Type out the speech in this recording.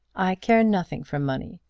i care nothing for money.